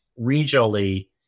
regionally